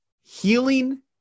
Healing